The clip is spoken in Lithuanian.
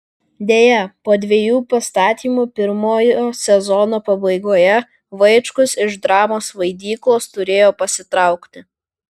deja po dviejų pastatymų pirmojo sezono pabaigoje vaičkus iš dramos vaidyklos turėjo pasitraukti